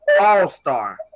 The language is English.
all-star